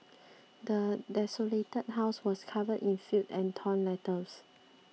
the desolated house was covered in filth and torn letters